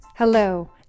Hello